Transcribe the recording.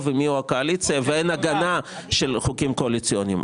ומי היא הקואליציה ואין הגנה של חוקים קואליציוניים.